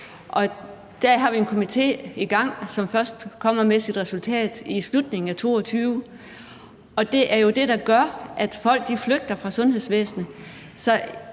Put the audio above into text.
der har vi en komité i gang, som først kommer med sit resultat i slutningen af 2022. Det er jo det, der gør, at folk flygter fra sundhedsvæsenet.